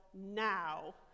now